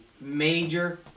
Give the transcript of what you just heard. major